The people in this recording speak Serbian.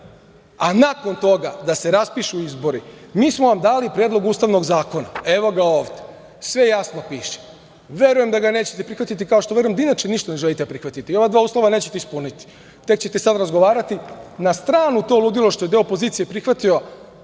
a nakon toga da se raspišu izbori. Mi smo vam dali predlog Ustavnog zakona. Evo ga ovde. Sve jasno piše. Verujem da ga nećete prihvatiti, kao što verujem da inače ništa nećete prihvatiti i ova dva uslova nećete ispuniti. Tek ćete sada razgovarati. Na stranu to ludilo što je deo opozicije prihvatio